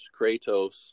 Kratos